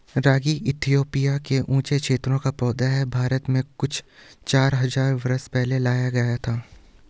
रागी Ethiopia के ऊँचे क्षेत्रों का पौधा है भारत में कुछ चार हज़ार बरस पहले लाया गया था